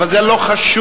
אבל זה לא חשוב,